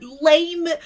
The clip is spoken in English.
lame